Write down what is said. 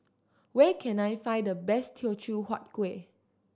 where can I find the best Teochew Huat Kuih